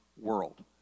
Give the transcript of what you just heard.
world